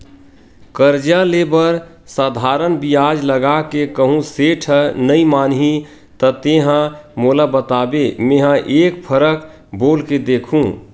करजा ले बर साधारन बियाज लगा के कहूँ सेठ ह नइ मानही त तेंहा मोला बताबे मेंहा एक फरक बोल के देखहूं